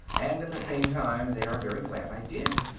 and at the same time they are very glad i did.